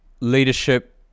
leadership